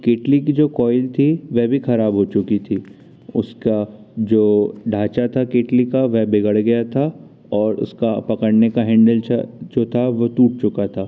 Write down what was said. केतली की जो कॉएल थी वह भी ख़राब हो चुकी थी उसका जो ढाँचा था केतली का वह बिगड़ गया था और उसका पकड़ने का हैंडल जो था वह टूट चुका था